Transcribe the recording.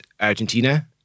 Argentina